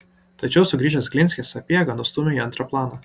tačiau sugrįžęs glinskis sapiegą nustūmė į antrą planą